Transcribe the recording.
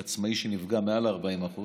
עצמאי שנפגע מעל 40%